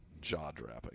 jaw-dropping